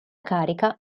carica